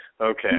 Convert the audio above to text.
Okay